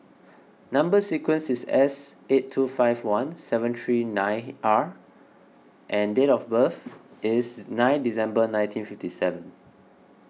Number Sequence is S eight two five one seven three nine R and date of birth is nine December nineteen fifty seven